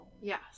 Yes